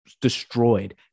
destroyed